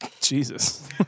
Jesus